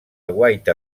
guaita